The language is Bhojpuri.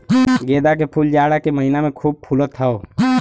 गेंदा के फूल जाड़ा के महिना में खूब फुलत हौ